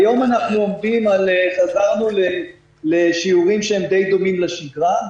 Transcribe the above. היום חזרנו לשיעורים שהם דיי דומים לשגרה.